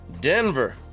Denver